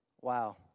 Wow